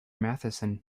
matheson